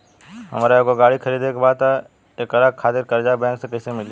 हमरा एगो गाड़ी खरीदे के बा त एकरा खातिर कर्जा बैंक से कईसे मिली?